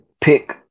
pick